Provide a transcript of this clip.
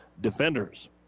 defenders